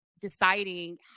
deciding